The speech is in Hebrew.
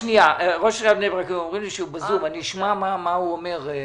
ראש עיריית בני-ברק נמצא בזום, נשמע מה הוא אומר.